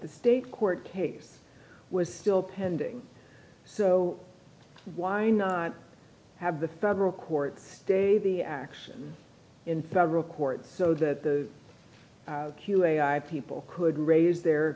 the state court case was still pending so why not have the federal court stay the action in federal court so that the ai people could raise their